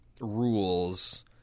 rules—